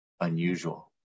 unusual